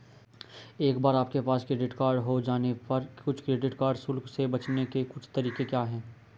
एक बार आपके पास क्रेडिट कार्ड हो जाने पर कुछ क्रेडिट कार्ड शुल्क से बचने के कुछ तरीके क्या हैं?